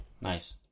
Nice